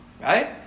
right